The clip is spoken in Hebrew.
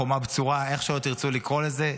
חומה בצורה, איך שלא תרצו לקרוא לזה.